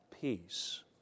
peace